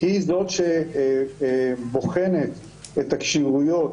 היא זאת שבוחנת את הכשירויות